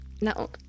No